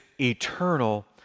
eternal